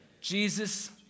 Jesus